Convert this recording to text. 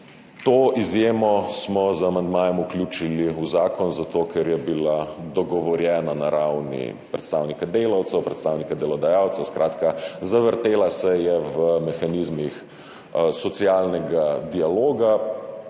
To izjemo smo z amandmajem vključili v zakon zato, ker je bila dogovorjena na ravni predstavnika delavcev, predstavnika delodajalcev, skratka, zavrtela se je v mehanizmih socialnega dialoga